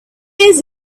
years